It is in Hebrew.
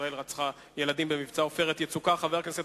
"ישראל רצחה ילדים במבצע 'עופרת יצוקה'".